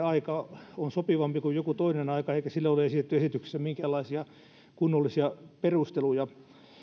aika on sopivampi kuin joku toinen aika eikä sille ole esitetty esityksessä minkäänlaisia kunnollisia perusteluja